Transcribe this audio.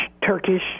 Turkish